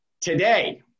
Today